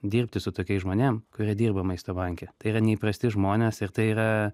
dirbti su tokiais žmonėm kurie dirba maisto banke tai yra neįprasti žmonės ir tai yra